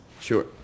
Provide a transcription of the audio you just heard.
Sure